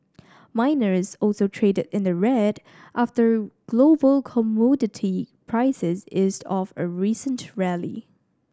miners also traded in the red after global commodity prices eased off a recent rally